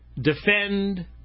defend